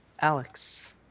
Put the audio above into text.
Alex